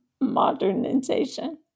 modernization